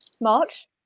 March